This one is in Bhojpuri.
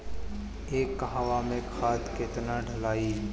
एक कहवा मे खाद केतना ढालाई?